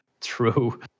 True